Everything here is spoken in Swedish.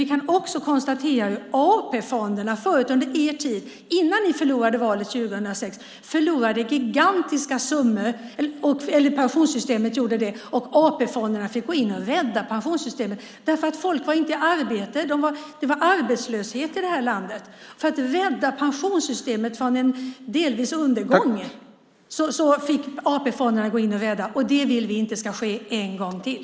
Vi kan också konstatera hur pensionssystemet förut, under er tid, innan ni förlorade valet 2006, förlorade gigantiska summor. AP-fonderna fick gå in och rädda pensionssystemet, för folk var inte i arbete. Det var arbetslöshet i landet. AP-fonderna fick rädda pensionssystemet från att delvis gå under. Vi vill inte att det ska ske en gång till.